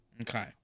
okay